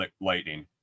Lightning